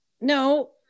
No